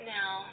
Now